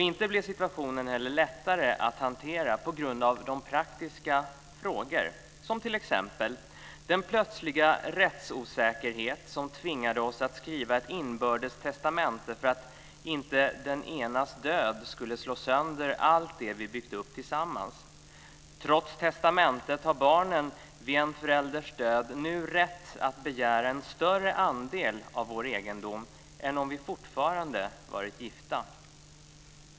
Inte blev situationen heller lättare att hantera p g a de praktiska frågor som: - Den plötsliga rättsosäkerhet som tvingade oss att skriva ett inbördes testamente för att inte den enas död skulle slå sönder allt det vi byggt upp tillsammans. Trots testamentet har barnen vid en förälders död nu rätt att begära en större andel av vår egendom än om vi fortfarande varit gifta.